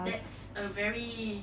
that's a very